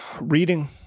Reading